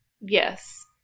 Yes